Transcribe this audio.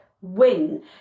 win